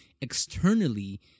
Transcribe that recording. externally